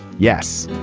yes.